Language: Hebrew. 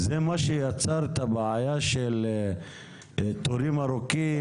זה מה שיצר את הבעיה של תורים ארוכים